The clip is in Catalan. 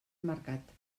marcat